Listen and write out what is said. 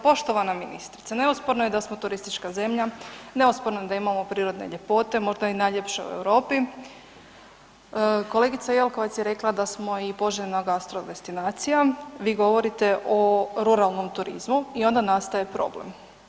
Poštovana ministrice, neosporno je da smo turistička zemlja, neosporno je da imamo prirodne ljepote možda i najljepše u Europi, kolegica Jelkovac je rekla da smo i poželjna gastro destinacija, vi govorite o ruralnom turizmu i onda nastaje problem.